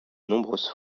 nombreuses